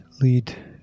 LEAD